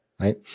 right